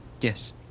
Yes